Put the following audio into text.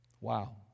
Wow